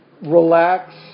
relax